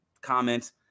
comments